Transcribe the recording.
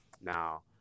Now